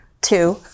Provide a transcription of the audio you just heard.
two